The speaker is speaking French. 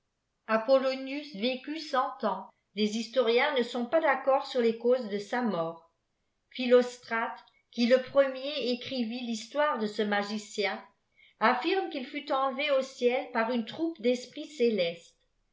apollonius vécut cent ans les historiens ne sont pas d'accord sur les causes de âa mort philostrate qui le ptemier èttmi rhîstoiredé cè maeicieri affirme qu'il fut enlevé au ciel par ung troupe d'eôpriis célestes